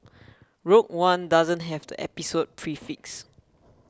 Rogue One doesn't have the Episode prefix